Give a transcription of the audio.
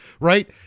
Right